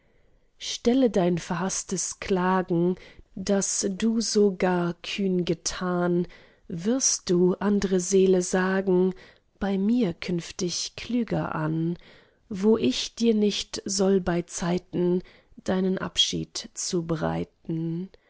stelle dein verhaßtes klagen das du so gar kühn getan wirst du andre seele sagen bei mir künftig klüger an wo ich dir nicht soll beizeiten deinen abschied zubereiten